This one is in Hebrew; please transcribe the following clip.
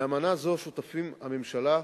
לאמנה זו שותפים הממשלה,